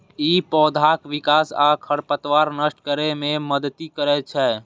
ई पौधाक विकास आ खरपतवार नष्ट करै मे मदति करै छै